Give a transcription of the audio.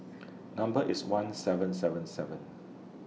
Number IS one seven seven seven